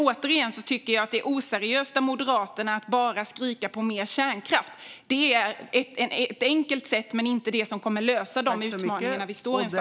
Återigen: Jag tycker att det oseriöst av Moderaterna att bara skrika på mer kärnkraft. Det är ett enkelt sätt men inte det som kommer att lösa de utmaningar vi står inför.